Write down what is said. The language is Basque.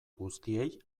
guztiei